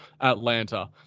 Atlanta